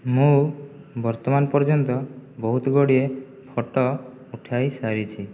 ମୁଁ ବର୍ତ୍ତମାନ ପର୍ଯ୍ୟନ୍ତ ବହୁତଗୁଡ଼ିଏ ଫଟୋ ଉଠାଇସାରିଛି